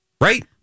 Right